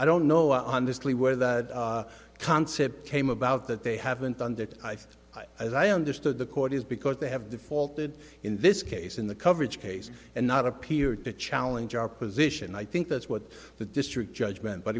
i don't know i understood where that concept came about that they haven't done that i think as i understood the court is because they have defaulted in this case in the coverage case and not appear to challenge our position i think that's what the district judge meant but